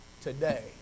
today